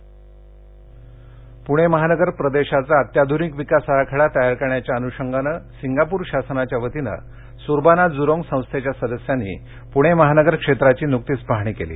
P M R D A Pune महानगर प्रदेशाचा अत्याधुनिक विकास आराखडा तयार करण्याच्या अनुषंगानं सिंगापूर शासनाच्या वतीनं सुरबाना जूरोंग संस्थेच्या सदस्यांनी पुणे महानगर क्षेत्राची नुकतीच पाहणी केली